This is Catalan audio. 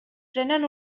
prenen